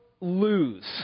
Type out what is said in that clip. lose